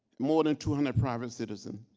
more than two hundred private citizens